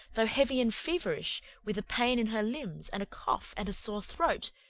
though heavy and feverish, with a pain in her limbs, and a cough, and a sore throat,